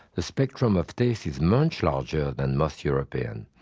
the spectrum of taste is much larger than most europeans',